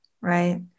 Right